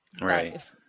Right